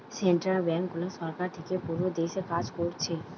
central ব্যাংকগুলো সরকার থিকে পুরো দেশে কাজ কোরছে